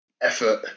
effort